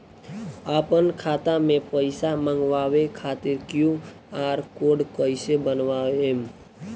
आपन खाता मे पईसा मँगवावे खातिर क्यू.आर कोड कईसे बनाएम?